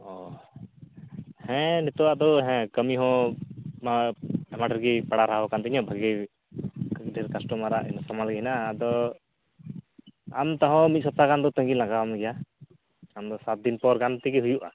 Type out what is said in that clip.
ᱚ ᱦᱮᱸ ᱱᱤᱛᱚᱜ ᱟᱜ ᱫᱚ ᱦᱮᱸ ᱠᱟᱹᱢᱤ ᱦᱚᱸ ᱟᱭᱢᱟ ᱰᱷᱮᱨ ᱜᱮ ᱯᱟᱲᱟᱣ ᱟᱠᱟᱱ ᱛᱤᱧᱟᱹ ᱵᱷᱟᱹᱜᱤᱰᱷᱮᱨ ᱠᱟᱥᱴᱚᱢᱟᱨᱟᱜ ᱟᱫᱚ ᱟᱢ ᱛᱟᱣᱨᱮᱦᱚᱸ ᱢᱤᱫ ᱥᱚᱯᱛᱟᱦᱚ ᱦᱚᱸ ᱜᱟᱱ ᱫᱚ ᱛᱟᱺᱜᱤ ᱞᱟᱜᱟᱣ ᱟᱢ ᱜᱮᱭᱟ ᱟᱢ ᱫᱚ ᱥᱟᱛ ᱫᱤᱱ ᱜᱟᱱ ᱯᱚᱨ ᱛᱮᱜᱮ ᱦᱩᱭᱩᱜᱼᱟ